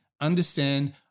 Understand